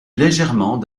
légèrement